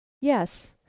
Yes